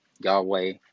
Yahweh